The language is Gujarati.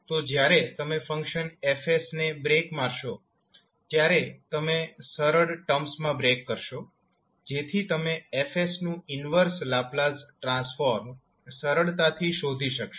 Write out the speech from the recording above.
તો જ્યારે તમે ફંકશન F ને બ્રેક કરશો ત્યારે તમે તેને સરળ ટર્મ્સ માં બ્રેક કરશો જેથી તમેં F નું ઈન્વર્સ લાપ્લાસ ટ્રાન્સફોર્મ સરળતાથી શોધી શકશો